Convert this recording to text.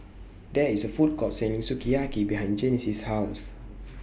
There IS A Food Court Selling Sukiyaki behind Genesis' House